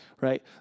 right